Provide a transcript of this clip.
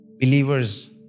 believers